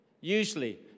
Usually